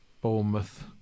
Bournemouth